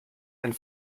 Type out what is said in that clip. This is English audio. and